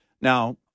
Now